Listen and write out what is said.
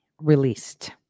released